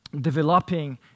developing